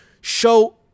show